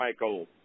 Michael